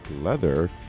leather